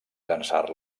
llançar